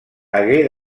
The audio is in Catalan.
hagué